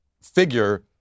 figure